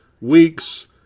week's